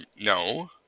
no